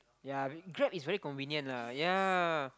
ya Grab is very convenient lah ya